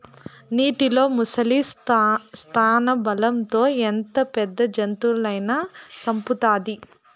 నీటిలో ముసలి స్థానబలం తో ఎంత పెద్ద జంతువునైనా సంపుతాది